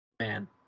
Man